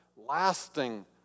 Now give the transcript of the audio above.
lasting